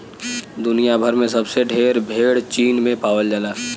दुनिया भर में सबसे ढेर भेड़ चीन में पावल जाला